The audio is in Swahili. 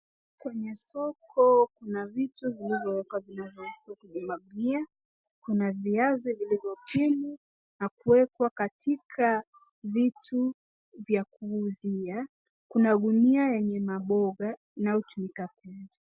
kwenye soko kuna vitu vilivyowekwa kwenye Magunia chini na kawekwa katika vitu vya kuuzia kuna gunia yenye maboga unaotumika kuuza.